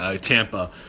Tampa